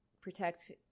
protect